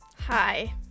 Hi